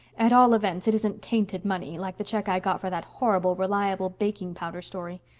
at all events it isn't tainted money like the check i got for that horrible reliable baking powder story.